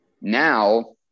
now